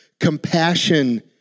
compassion